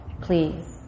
please